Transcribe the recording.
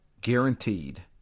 Guaranteed